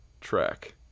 track